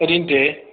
ഒരു മിൻറ്റെ